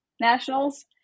nationals